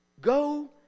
Go